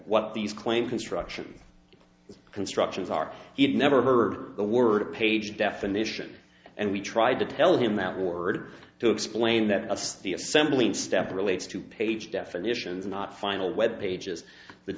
what these claim construction constructions are he'd never heard the word page definition and we tried to tell him out word to explain that that's the assembling step relates to page definitions not final web pages the